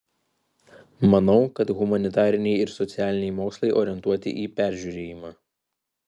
manau kad humanitariniai ir socialiniai mokslai orientuoti į peržiūrėjimą